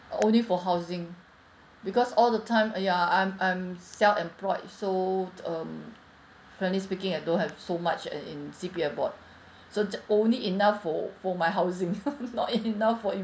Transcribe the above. only for housing because all the time ah ya I'm I'm self-employed so um frankly speaking I don't have so much in in C_P_F board so ju~ only enough for for my housing not enough for investment